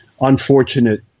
unfortunate